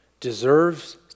deserves